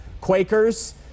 Quakers